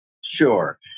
Sure